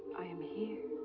i am here.